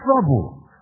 Trouble